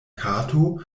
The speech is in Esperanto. kato